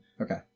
Okay